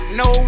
no